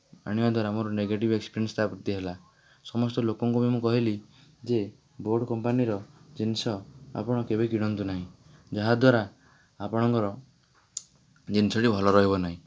ଆଣିବା ଦ୍ଵାରା ମୋର ନେଗେଟିଭ୍ ଏକ୍ସପ୍ରିଏନସ୍ ତା'ପ୍ରତି ହେଲା ସମସ୍ତ ଲୋକଙ୍କୁ ବି ମୁଁ କହିଲି ଯେ ବୋଟ୍ କମ୍ପାନୀର ଜିନିଷ ଆପଣ କେବେ କିଣନ୍ତୁ ନାହିଁ ଯାହା ଦ୍ୱାରା ଆପଣଙ୍କର ଜିନିଷଟି ଭଲ ରହିବ ନାହିଁ